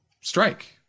Strike